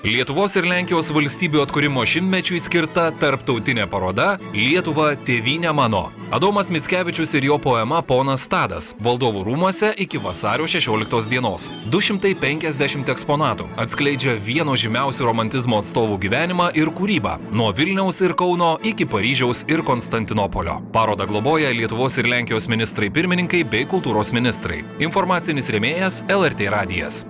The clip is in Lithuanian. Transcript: lietuvos ir lenkijos valstybių atkūrimo šimtmečiui skirta tarptautinė paroda lietuva tėvyne mano adomas mickevičius ir jo poema ponas tadas valdovų rūmuose iki vasario šešioliktos dienos du šimtai penkiasdešimt eksponatų atskleidžia vieno žymiausių romantizmo atstovų gyvenimą ir kūrybą nuo vilniaus ir kauno iki paryžiaus ir konstantinopolio parodą globoja lietuvos ir lenkijos ministrai pirmininkai bei kultūros ministrai informacinis rėmėjas el er tė radijas